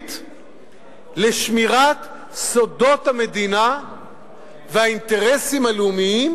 ציבורית לשמירת סודות המדינה והאינטרסים הלאומיים,